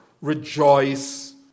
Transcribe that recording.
rejoice